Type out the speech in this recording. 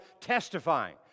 testifying